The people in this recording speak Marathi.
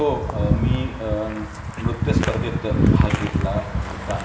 हो मी नृत्यस्पर्धेत भाग घेतला होता